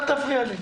אל תפריע לי.